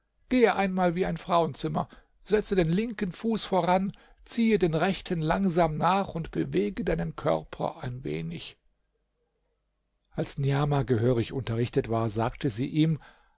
geh einmal wie frauenzimmer setze den linken fuß voran ziehe den rechten langsam nach und bewege deinen körper ein wenig als niamah gehörig unterrichtet war sagte sie ihm